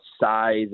size